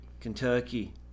Kentucky